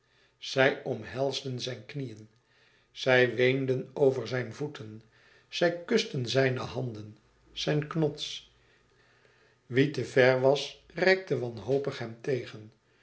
zij omhelsden zijn knieën zij weenden over zijn voeten zij kusten zijne handen zijn knots wie te ver was reikte wanhopig hem tegen